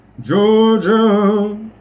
Georgia